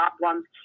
problems